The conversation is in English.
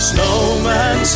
Snowman